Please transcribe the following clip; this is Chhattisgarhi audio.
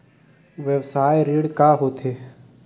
व्यवसाय ऋण का होथे?